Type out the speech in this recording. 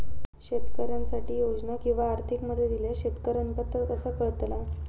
शेतकऱ्यांसाठी योजना किंवा आर्थिक मदत इल्यास शेतकऱ्यांका ता कसा कळतला?